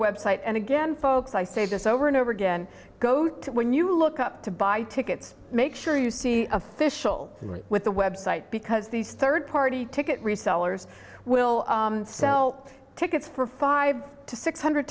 website and again folks i say this over and over again go to when you look up to buy tickets make sure you see official with the website because these third party ticket resellers will sell tickets for five to six hundred